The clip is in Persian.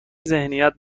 ذهنیت